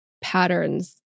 patterns